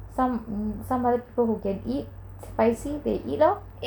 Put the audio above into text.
some some people who can eat spicy they eat lor